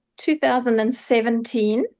2017